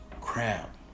crap